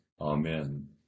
Amen